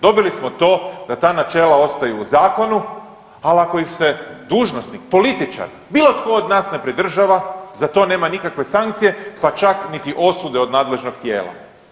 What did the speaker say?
Dobili smo to da ta načela ostaju u zakonu, ali ako ih se dužnosnik, političar, bilo tko od nas ne pridržava za to nema nikakve sankcije pa čak niti osude od nadležnog tijela.